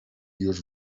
już